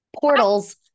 Portals